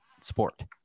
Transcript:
sport